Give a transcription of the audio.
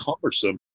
cumbersome